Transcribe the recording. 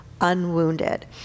unwounded